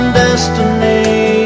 destiny